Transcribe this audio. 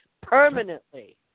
permanently